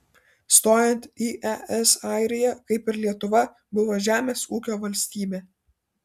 stojant į es airija kaip ir lietuva buvo žemės ūkio valstybė